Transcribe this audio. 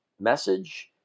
message